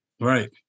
Right